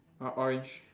o~ orange